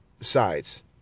sides